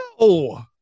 No